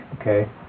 okay